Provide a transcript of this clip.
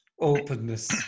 openness